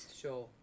Sure